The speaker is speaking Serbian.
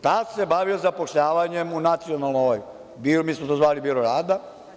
Tast se bavio zapošljavanjem u nacionalnom birou, mi smo to zvali biro rada.